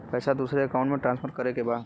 पैसा दूसरे अकाउंट में ट्रांसफर करें के बा?